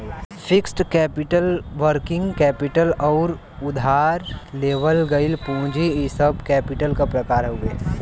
fixed capital working capital आउर उधार लेवल गइल पूंजी इ सब कैपिटल क प्रकार हउवे